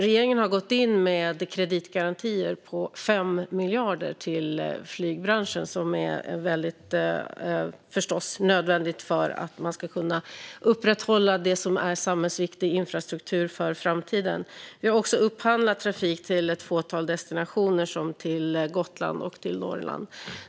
Regeringen har gått in med kreditgarantier på 5 miljarder till flygbranschen, vilket förstås är nödvändigt för att man ska kunna upprätthålla samhällsviktig infrastruktur för framtiden. Vi har också upphandlat trafik till ett fåtal destinationer; det gäller Gotland och Norrland.